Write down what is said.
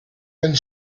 and